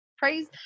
praise